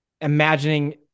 imagining